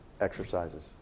exercises